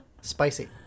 Spicy